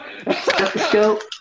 Stethoscope